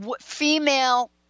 female